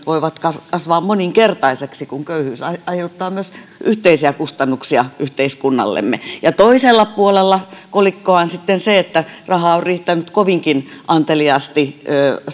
voivat kasvaa moninkertaisiksi kun köyhyys aiheuttaa myös yhteisiä kustannuksia yhteiskunnallemme toisella puolella kolikkoa on sitten se että rahaa on riittänyt kovinkin anteliaasti